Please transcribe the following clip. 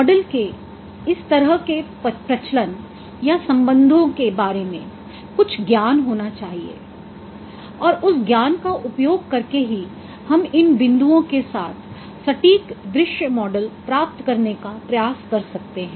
model के इस तरह के प्रचलन या संबंधों के बारे में कुछ ज्ञान होना चाहिए और उस ज्ञान का उपयोग करके ही आप इन बिंदुओं के साथ सटीक दृश्य मॉडल प्राप्त करने का प्रयास कर सकते हैं